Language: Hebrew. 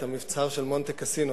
את המבצר של מונטה קסינו,